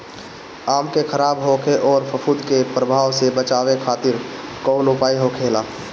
आम के खराब होखे अउर फफूद के प्रभाव से बचावे खातिर कउन उपाय होखेला?